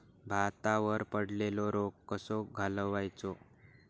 भातावर पडलेलो रोग कसो घालवायचो?